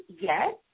yes